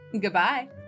Goodbye